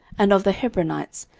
and of the hebronites,